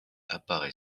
apparaît